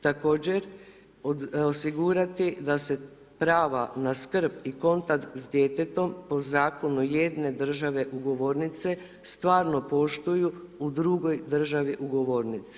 Također, osigurati da se prava na skrb i kontakt s djetetom po zakonu jedne države ugovornice stvarno poštuju u drugoj državi ugovornici.